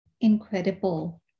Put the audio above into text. incredible